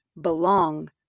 belong